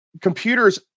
computers